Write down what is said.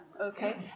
Okay